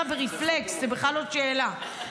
היועמ"שית, זה מתוך שינה ברפלקס, זה בכלל לא שאלה.